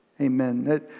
Amen